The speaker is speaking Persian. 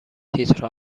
تیتر